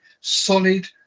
Solid